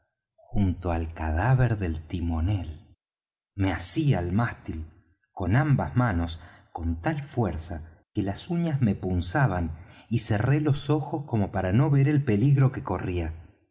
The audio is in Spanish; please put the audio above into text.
junto al cadáver del timonel me así al mástil con ambas manos con tal fuerza que las uñas me punzaban y cerré los ojos como para no ver el peligro que corría